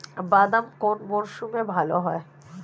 বাদাম কোন মরশুমে ভাল হয়?